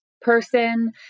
person